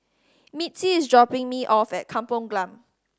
Mitzi is dropping me off at Kampong Glam